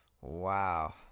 Wow